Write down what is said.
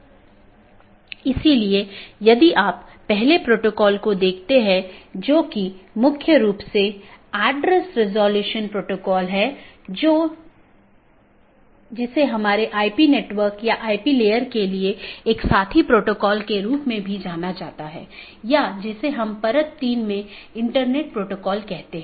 दूसरे अर्थ में हमारे पूरे नेटवर्क को कई ऑटॉनमस सिस्टम में विभाजित किया गया है जिसमें कई नेटवर्क और राउटर शामिल हैं जो ऑटॉनमस सिस्टम की पूरी जानकारी का ध्यान रखते हैं हमने देखा है कि वहाँ एक बैकबोन एरिया राउटर है जो सभी प्रकार की चीजों का ध्यान रखता है